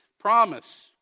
Promise